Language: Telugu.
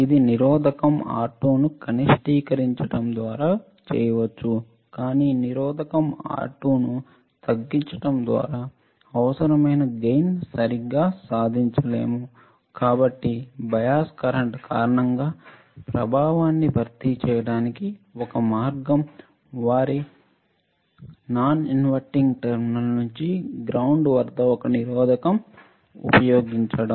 అది నిరోధకం R2 ను కనిష్టీకరించడం ద్వారా చేయవచ్చు కానీ నిరోధకం R2 ను తగ్గించడం ద్వారా అవసరమైన గెయిన్ సరిగ్గా సాధించలేము కాబట్టి బయాస్ కరెంట్ కారణంగా ప్రభావాన్ని భర్తీ చేయడానికి ఒక మార్గం వారి విలోమం కాని టెర్మినల్ నుంచి గ్రౌండ్ వద్ద ఒక నిరోధకత ఉపయోగించడం